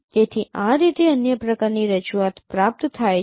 તેથી આ રીતે અન્ય પ્રકારની રજૂઆત પ્રાપ્ત થાય છે